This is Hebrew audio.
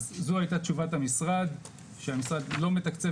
אז זו היתה תשובת המשרד - שהמשרד לא מתקצב